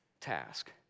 task